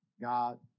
God